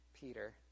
Peter